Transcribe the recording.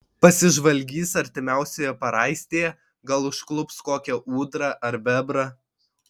pasižvalgys artimiausioje paraistėje gal užklups kokią ūdrą ar bebrą